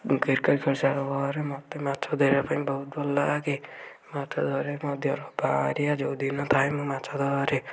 ମୁଁ କ୍ରିକେଟ ଖେଳି ସାରିବାପରେ ମୋତେ ମାଛ ଧରିବା ପାଇଁ ବହୁତ ଭଲ ଲାଗେ ମାଛ ଧରି ମଧ୍ୟ ରବିବାରିଆ ଯେଉଁଦିନ ପାଏ ମୁଁ ମାଛ ଧରେ